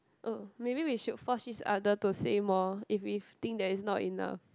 oh maybe we should force each other to say more if if think there is not enough